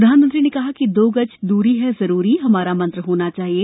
प्रधानमंत्री ने कहा कि दो गज दूरी है जरूरी हमारा मंत्र होना चाहिए